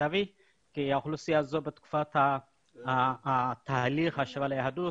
מיטבי כי האוכלוסייה הזאת בתקופת תהליך השבה ליהדות,